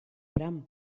bram